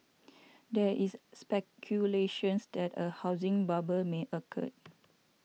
there is speculations that a housing bubble may occur